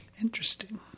interesting